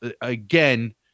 Again